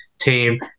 team